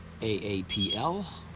AAPL